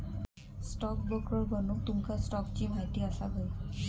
stockbroker बनूक तुमका स्टॉक्सची महिती असाक व्हयी